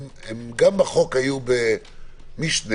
גם בחוק היו ביעדי משנה